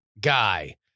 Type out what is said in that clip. guy